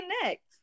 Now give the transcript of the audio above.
connect